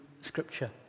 scripture